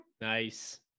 Nice